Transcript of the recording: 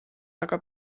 aga